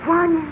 one